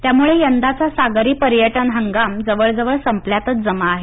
त्यामुळे यंदाचा सागरी पर्यटन हंगाम जवळजवळ संपल्यातच जमा आहे